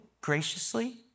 graciously